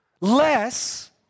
less